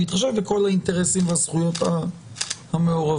בהתחשב בכל האינטרסים והזכויות המעורבות,